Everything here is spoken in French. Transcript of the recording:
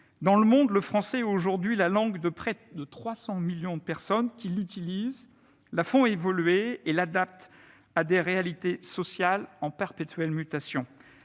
Dans le monde, le français est aujourd'hui la langue de près de 300 millions de personnes, qui l'utilisent, la font évoluer et l'adaptent à des réalités sociales en perpétuelles mutations.